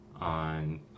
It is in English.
on